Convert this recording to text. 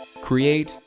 create